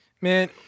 Man